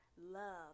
love